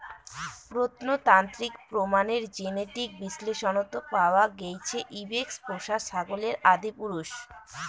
প্রত্নতাত্ত্বিক প্রমাণের জেনেটিক বিশ্লেষনত পাওয়া গেইছে ইবেক্স পোষা ছাগলের আদিপুরুষ